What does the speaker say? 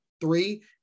three